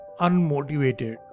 unmotivated